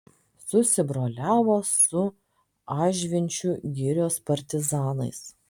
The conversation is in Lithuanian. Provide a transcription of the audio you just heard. susibroliavo su ažvinčių girios partizanais